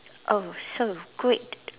oh so good